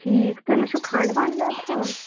ٹھیٖک تُہۍ ماچھُو کھنٛڈ وَنڈ زیادٕ کھیٚوان